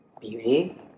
beauty